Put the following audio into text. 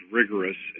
rigorous